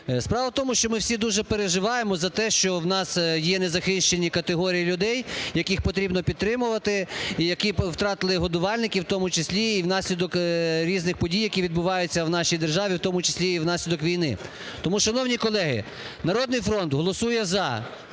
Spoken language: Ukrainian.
Справа в тому, що ми всі дуже переживаємо за те, що в нас є незахищені категорії людей, яких потрібно підтримувати і які втратили годувальників, в тому числі і внаслідок різних подій, які відбуваються в нашій державі, в тому числі і внаслідок війни. Тому, шановні колеги, "Народний фронт" голосує "за".